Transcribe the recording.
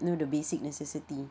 you know the basic necessity